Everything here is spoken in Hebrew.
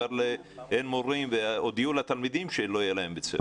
אין מורים והודיעו לתלמידים שלא יהיה להם בית ספר.